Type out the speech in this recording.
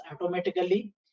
automatically